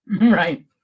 Right